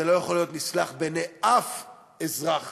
זה לא יכול להיות נסלח בעיני אף אזרח